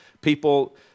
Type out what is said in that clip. people